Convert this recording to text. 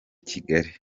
kigali